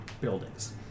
buildings